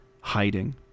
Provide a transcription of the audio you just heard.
hiding